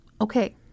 Okay